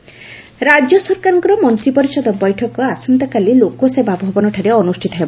ମନ୍ତୀ ପରିଷଦ ବୈଠକ ରାଜ୍ୟ ସରକାରଙ୍କ ମନ୍ତୀ ପରିଷଦ ବୈଠକ ଆସନ୍ତାକାଲି ଲୋକସେବା ଭବନଠାରେ ଅନୁଷିତ ହେବ